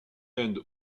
end